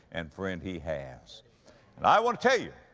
and friend, he has. and i want to tell you,